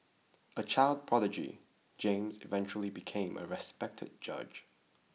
a child prodigy James eventually became a respected judge